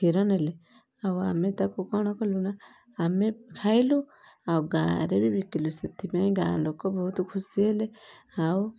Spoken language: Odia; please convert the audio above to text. କ୍ଷୀର ନେଲେ ଆଉ ଆମେ ତାକୁ କ'ଣ କଲୁନା ଆମେ ଖାଇଲୁ ଆଉ ଗାଁରେ ବି ବିକିଲୁ ସେଥିପାଇଁ ଗାଁ ଲୋକ ବହୁତ ଖୁସି ହେଲେ ଆଉ